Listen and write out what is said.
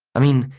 i mean,